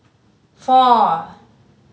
four